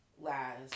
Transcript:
last